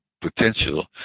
potential